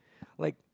like